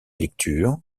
lectures